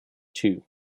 two